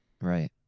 right